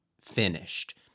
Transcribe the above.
finished